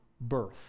birth